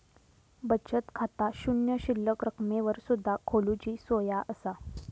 बचत खाता शून्य शिल्लक रकमेवर सुद्धा खोलूची सोया असा